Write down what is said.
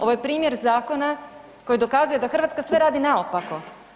Ovo je primjer zakona koji dokazuje da Hrvatska sve radi naopako.